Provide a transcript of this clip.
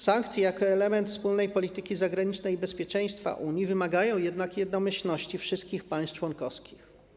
Sankcje jako element wspólnej polityki zagranicznej i bezpieczeństwa Unii wymagają jednak jednomyślności wszystkich państw członkowskich.